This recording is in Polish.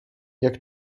jak